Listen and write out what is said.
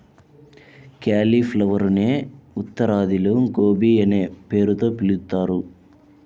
క్యాలిఫ్లవరునే ఉత్తరాదిలో గోబీ అనే పేరుతో పిలుస్తారు